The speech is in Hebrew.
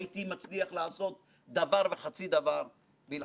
לפני שאני